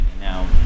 now